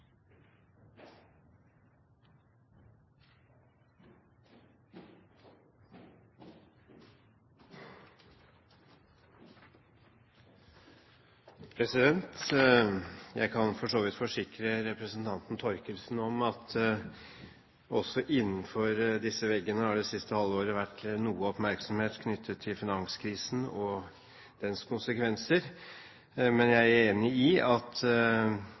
Jeg kan for så vidt forsikre representanten Thorkildsen om at også innenfor disse veggene har det det siste halvåret vært noe oppmerksomhet knyttet til finanskrisen og dens konsekvenser. Men jeg er enig i at